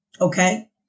okay